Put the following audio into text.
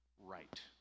right